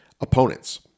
opponents